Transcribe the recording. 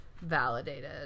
validated